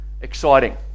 exciting